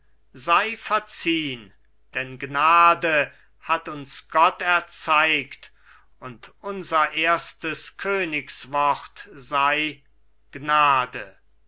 sei verziehn denn gnade hat uns gott erzeigt und unser erstes königswort sei gnade